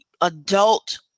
adult